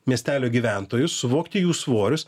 miestelio gyventojus suvokti jų svorius